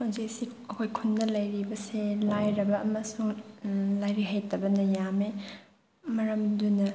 ꯍꯧꯖꯤꯛꯁꯤ ꯑꯩꯈꯣꯏ ꯈꯨꯟꯗ ꯂꯩꯔꯤꯕꯁꯦ ꯂꯥꯏꯔꯕ ꯑꯃꯁꯨꯡ ꯂꯥꯏꯔꯤꯛ ꯍꯩꯇꯕꯅ ꯌꯥꯝꯃꯦ ꯃꯔꯝꯗꯨꯅ